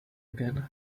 again